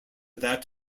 that